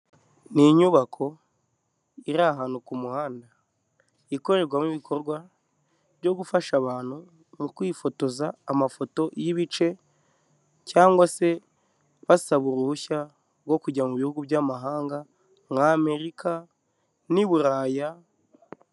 Ni inyubako iri ahantu ku muhanda, ikorerwamo ibikorwa byo gufasha abantu mu kwifotoza amafoto y'ibice cyangwa se basaba uruhushya rwo kujya mu bihugu by'amahanga muri Amerika n'Iburaya.